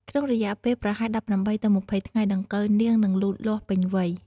ក្នុងរយៈពេលប្រហែល ១៨ ទៅ ២០ ថ្ងៃ ដង្កូវនាងនឹងលូតលាស់ពេញវ័យ។